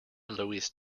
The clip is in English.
louise